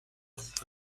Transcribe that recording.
with